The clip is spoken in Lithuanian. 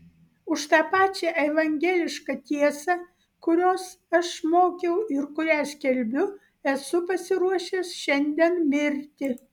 už tą pačią evangelišką tiesą kurios aš mokiau ir kurią skelbiu esu pasiruošęs šiandien mirti